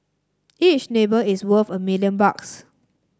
each neighbour is worth a million bucks